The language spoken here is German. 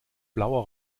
blauer